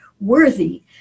worthy